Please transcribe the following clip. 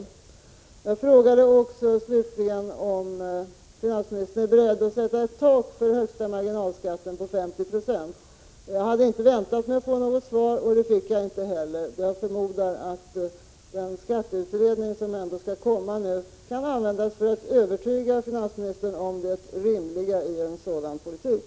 Slutligen frågade jag om finansministern är beredd att sätta ett tak på 50 90 för den högsta marginalskatten. Jag hade inte väntat mig att få något svar, och det fick jag inte heller. Jag förmodar att den skatteutredning som ändå skall komma kan användas för att övertyga finansministern om det rimliga i en sådan politik.